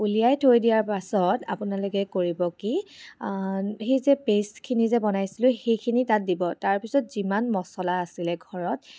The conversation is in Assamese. উলিয়াই থৈ দিয়াৰ পাছত আপোনালোকে কৰিব কি সেই যে পেষ্টখিনি যে বনাইছিলোঁ সেইখিনি তাত দিব তাৰপিছত যিমান মচলা আছিলে ঘৰত